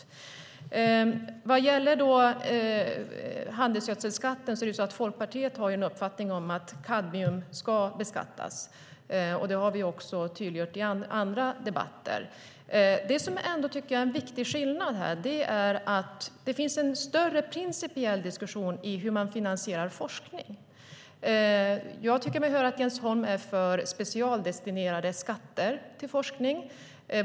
När det gäller handelsgödselskatten har Folkpartiet uppfattningen att kadmium ska beskattas. Det har vi också tydliggjort i andra debatter. En viktig skillnad här är dock att det finns en större principiell diskussion om hur man finansierar forskning. Jag tycker mig höra att Jens Holm är för skatter som är specialdestinerade till forskning.